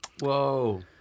whoa